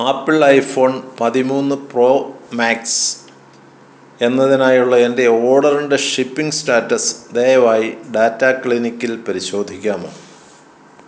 apple iPhone പതിനൊന്ന് Pro Max എന്നതിനായുള്ള എൻ്റെ ഓഡറിൻ്റെ ഷിപ്പിംഗ് സ്റ്റാറ്റസ് ദയവായി ഡാറ്റ ക്ലിക്കിൽ പരിശോധിക്കാമോ